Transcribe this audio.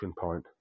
point